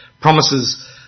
Promises